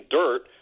dirt